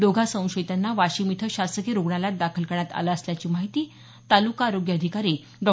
दोघां संशयितांना वाशिम इथं शासकिय रुग्णालयात दाखल करण्यात आलं असल्याची माहीती तालुका आरोग्य अधिकारी डॉ